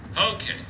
Okay